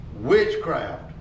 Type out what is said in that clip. witchcraft